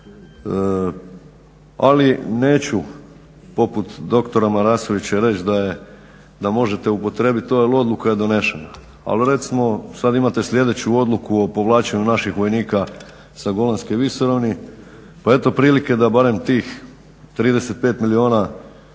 Ali neću poput doktora Marasovića reći da možete upotrijebiti to jer odluka je donešena. Ali recimo sada imate sljedeću odliku o povlačenju naših vojnika sa Golanske visoravni pa eto prilike da barem tih 35 milijuna